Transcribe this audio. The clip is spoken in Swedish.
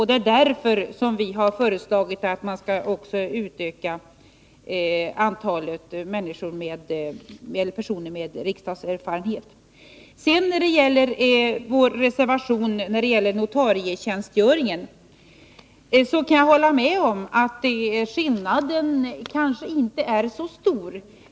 Det är därför vi föreslagit att man skall utöka antalet personer med riksdagserfarenhet. När det gäller vår reservation angående notarietjänstgöringen kan jag hålla med om att skillnaden inte är så stor.